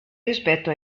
rispetto